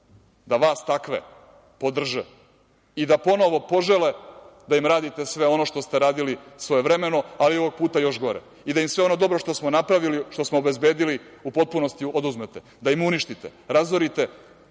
da vas takve podrže i da ponovo požele da im radite sve ono što ste radili svojevremeno, ali ovoga puta još gore i da im sve ono što smo napravili, što smo obezbedili u potpunosti oduzmete, da im uništite, razorite,